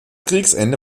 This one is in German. kriegsende